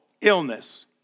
illness